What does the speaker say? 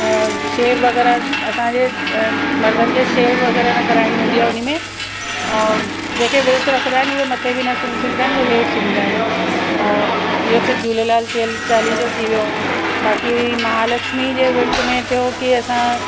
shave वग़ैरह असांजे मर्दनि खे शेव वग़ैरह न कराइणी हूंदी आहे उन में ऐं जेके व्रत रखंदा आहिनि उहे मथे बि न सुम्ही सघंदा आहिनि उहे हेठि सुम्हंदा आहिनि और हीअं त झूलेलाल चा चालीहे जो थी वियो बाक़ी महालक्ष्मी जे व्रत में थियो की असां